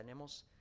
tenemos